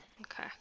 Okay